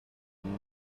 entre